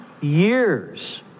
years